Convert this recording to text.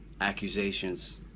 accusations